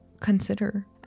consider